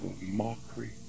mockery